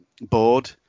board